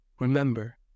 Remember